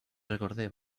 recordé